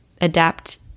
adapt